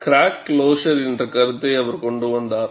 crack closure என்ற கருத்தை அவர் கொண்டு வந்தார்